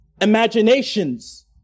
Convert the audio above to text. imaginations